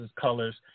colors